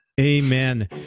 Amen